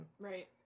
right